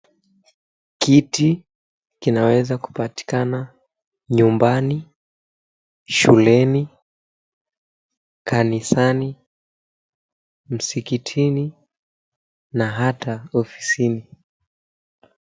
Kiti kinaweza kupatikana nyumbani, shuleni, kanisani, msikitini na hata ofisini.